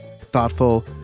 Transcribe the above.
thoughtful